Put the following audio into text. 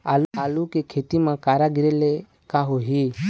आलू के खेती म करा गिरेले का होही?